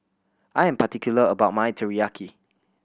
I am particular about my Teriyaki